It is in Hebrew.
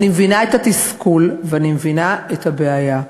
אני מבינה את התסכול, ואני מבינה את הבעיה.